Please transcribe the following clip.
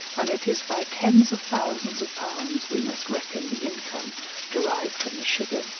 and it is by tens of thousands of pounds we must reckon the income derived from the sugar,